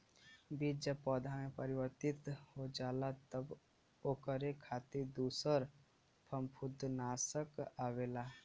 बीज जब पौधा में परिवर्तित हो जाला तब ओकरे खातिर दूसर फंफूदनाशक आवेला